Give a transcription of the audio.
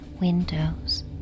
windows